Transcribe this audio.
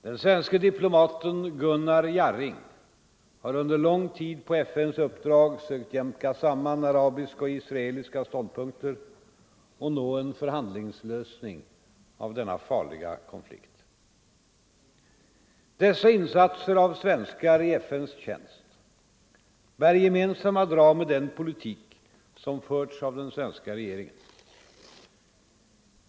Den svenske diplomaten Gunnar Jarring har under lång tid på FN:s uppdrag sökt jämka.samman arabiska och israeliska ståndpunkter och nå en förhandlingslösning av denna farliga konflikt. Dessa insatser av svenskar i FN:s tjänst bär gemensamma drag med den politik som förts av den svenska regeringen.